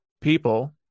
people